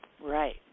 Right